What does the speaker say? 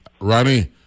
Ronnie